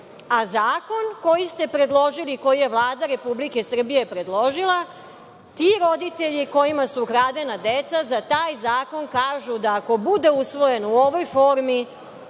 a zakon koji ste predložili, koji je Vlada Republike Srbije predložila, ti roditelji kojima su ukradena deca za taj zakon kažu da ako bude usvojen u ovoj formi